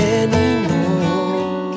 anymore